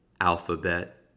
alphabet